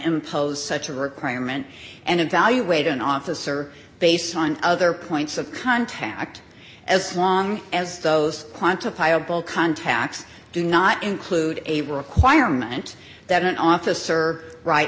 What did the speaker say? impose such a requirement and evaluate an officer based on other points of contact as long as those quantifiable contacts do not include a requirement that an officer wri